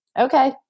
okay